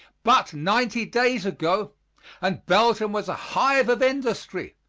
but ninety days ago and belgium was a hive of industry,